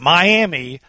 Miami